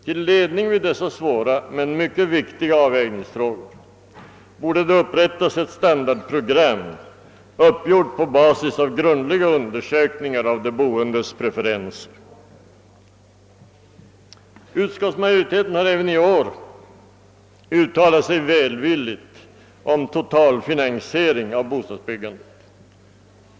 Till ledning vid dessa svåra men viktiga avvägningsfrågor borde det upprättas ett standardprogram, uppgjort på basis av grundliga undersökningar av de boendes preferenser. Utskottsmajoriteten har även i år uttalat sig välvilligt om en statlig totalfinansiering av bostadsbyggandet.